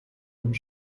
und